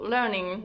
Learning